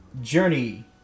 journey